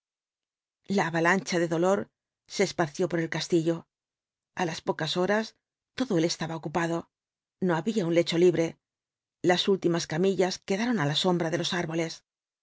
la avalancha de dolor se esparció por el castillo a las pocas horas todo él estaba ocupado no había un lelos ouatbo jinbtbs dhl apocalipsis cho libre las últimas camillas quedaron á la sombra de los árboles